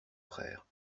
frère